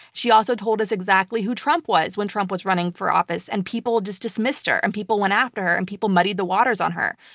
she also told us exactly who trump was when trump was running for office, and people just dismissed her, and people went after her, and people muddied the waters on her.